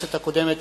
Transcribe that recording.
מהכנסת הקודמת,